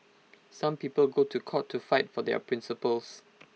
some people go to court to fight for their principles